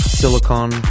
silicon